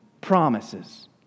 promises